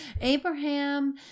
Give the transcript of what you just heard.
Abraham